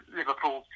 Liverpool